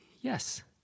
yes